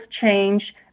change